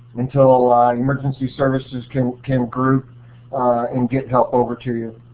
until ah like emergency services can can group and get help over to you.